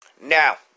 Now